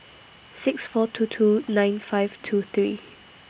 six four two two nine five two three